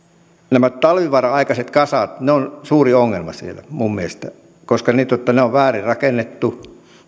nämä talvivaaran aikaiset kasat ovat suuri ongelma siellä minun mielestäni koska ne on väärin rakennettu ja